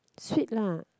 sweet lah